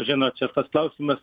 žinot čia tas klausimas